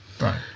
Right